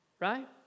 Right